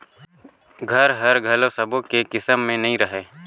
घर हर घलो सब्बो के किस्मत में नइ रहें